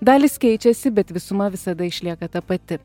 dalys keičiasi bet visuma visada išlieka ta pati